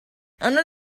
under